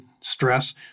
stress